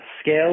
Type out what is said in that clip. scale